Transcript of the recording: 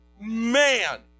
man